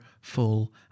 full